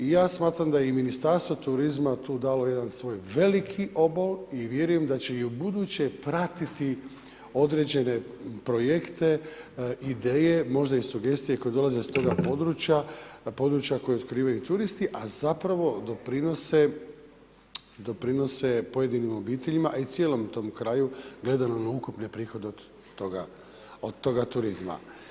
I ja smatram da i Ministarstvo turizma tu dalo jedan svoj veliki obol i vjerujem da će i ubuduće pratiti određene projekte, ideje, možda i sugestije koje dolaze s toga područja koje otkrivaju turisti, a zapravo doprinose pojedinim obiteljima, a i cijelom tom kraju gledano na ukupni prihod od toga turizma.